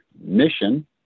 mission